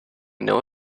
know